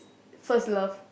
first love